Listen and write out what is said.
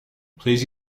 please